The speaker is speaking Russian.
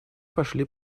пошли